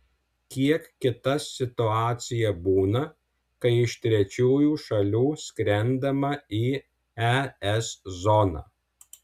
kiek kita situacija būna kai iš trečiųjų šalių skrendama į es zoną